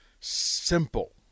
Simple